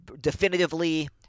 definitively